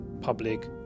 public